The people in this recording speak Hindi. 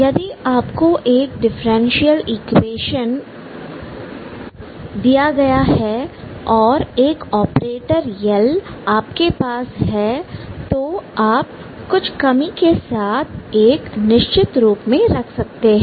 यदि आपको एक डिफरेंशियल इक्वेशन दिया गया है और एक ऑपरेटर Lआपके पास है तो आप कुछ कमी के साथ एक निश्चित रूप में रख सकते हैं